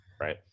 Right